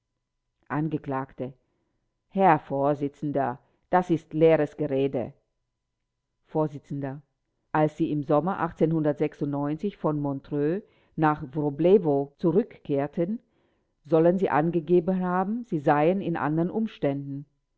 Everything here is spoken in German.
angekl herr vorsitzender das ist leeres gerede vors als sie im sommer von montreux nach wroblewo zurückkehrten sollen sie angegeben haben sie seien in anderen umständen